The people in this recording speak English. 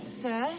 sir